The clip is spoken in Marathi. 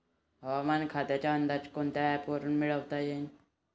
हवामान खात्याचा अंदाज कोनच्या ॲपवरुन मिळवता येईन?